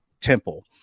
temple